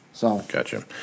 Gotcha